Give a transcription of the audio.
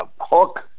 hook